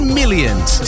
millions